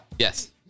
Yes